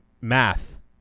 math